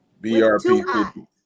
BRP